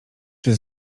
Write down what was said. czy